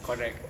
correct